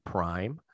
Prime